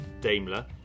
Daimler